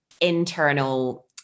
internal